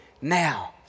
Now